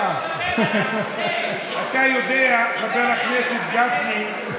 אתה יודע, חבר הכנסת גפני,